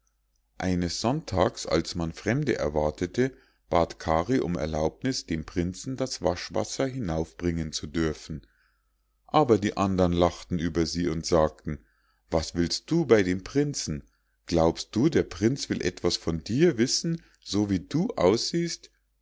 eines sonntags als man fremde erwartete bat kari um erlaubniß dem prinzen das waschwasser hinaufbringen zu dürfen aber die andern lachten über sie und sagten was willst du bei dem prinzen glaubst du der prinz will etwas von dir wissen so wie du aussiehst